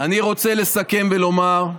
אני רוצה לסכם ולומר,